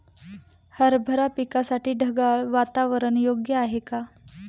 हरभरा पिकासाठी ढगाळ वातावरण योग्य आहे का?